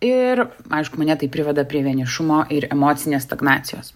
ir aišku mane tai priveda prie vienišumo ir emocinės stagnacijos